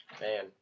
Man